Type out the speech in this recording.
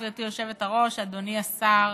גברתי היושבת-ראש, אדוני השר,